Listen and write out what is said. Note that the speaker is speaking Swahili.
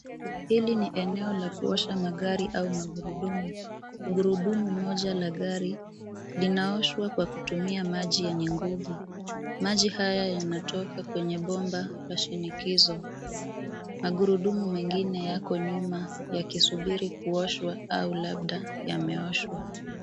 Hili ni eneo la kuosha magari au magurudumu. Gurudumu moja la gari linaoshwa kwa kutumia maji yenye nguvu. Maji haya yanatoka kwenye bomba la shinikizo. Magurudumu mengine yako nyuma yakisubiri kuoshwa au labda yameoshwa.